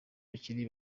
bakiri